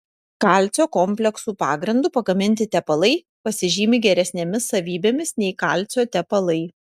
kalcio kompleksų pagrindu pagaminti tepalai pasižymi geresnėmis savybėmis nei kalcio tepalai